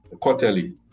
quarterly